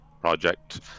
project